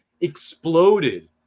exploded